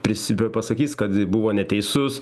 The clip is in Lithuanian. prisi bepasakys kad buvo neteisus